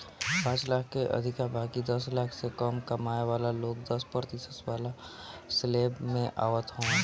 पांच लाख से अधिका बाकी दस लाख से कम कमाए वाला लोग दस प्रतिशत वाला स्लेब में आवत हवन